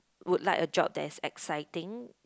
would like a job that is exciting